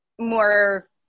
more